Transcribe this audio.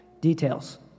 Details